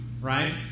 right